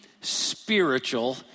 spiritual